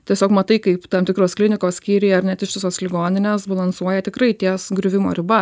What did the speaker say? tiesiog matai kaip tam tikros klinikos skyriai ar net ištisos ligoninės balansuoja tikrai ties griuvimo riba